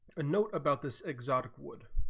note about this exotic wood